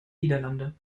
niederlande